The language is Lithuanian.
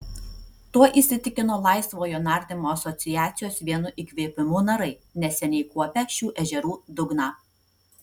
tuo įsitikino laisvojo nardymo asociacijos vienu įkvėpimu narai neseniai kuopę šių ežerų dugną